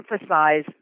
emphasize